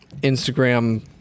Instagram